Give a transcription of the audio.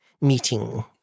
meeting